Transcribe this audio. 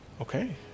Okay